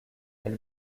elle